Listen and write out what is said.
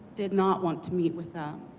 did not want to meet with them.